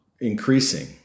increasing